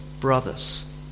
brothers